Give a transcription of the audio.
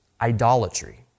idolatry